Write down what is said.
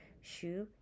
shoe